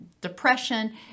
depression